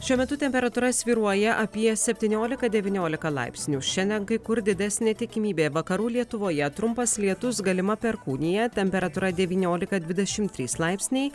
šiuo metu temperatūra svyruoja apie septyniolika devyniolika laipsnių šiandien kai kur didesnė tikimybė vakarų lietuvoje trumpas lietus galima perkūnija temperatūra devyniolika dvidešimt trys laipsniai